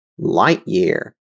Lightyear